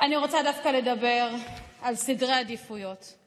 אני מדבר על, כל מי שעולה צריך לגנות את זה.